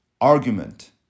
argument